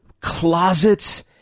closets